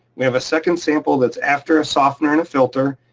we have a second sample that's after a softener and a filter,